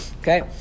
Okay